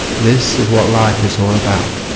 this is what life is all about